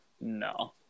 no